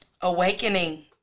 Awakening